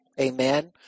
Amen